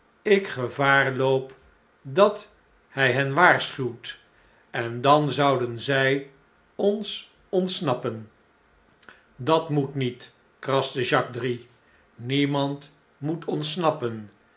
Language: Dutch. ik gevaar loop dat hi hen waarschuwt en dan zouden zjj ons ontsna'ppen dat moet niet kraste jacques drie niemand moet ontsnappen